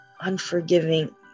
unforgiving